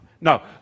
No